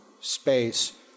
space